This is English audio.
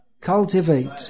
cultivate